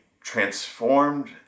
transformed